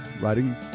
writing